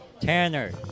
Tanner